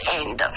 end